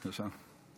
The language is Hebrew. בבקשה.